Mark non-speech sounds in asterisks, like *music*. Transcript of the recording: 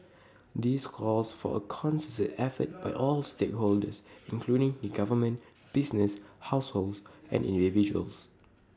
this calls for A concerted effort *noise* by all stakeholders including the government businesses households and individuals